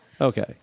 Okay